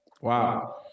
Wow